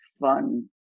fun